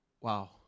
Wow